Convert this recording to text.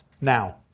now